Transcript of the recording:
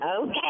Okay